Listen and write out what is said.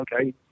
okay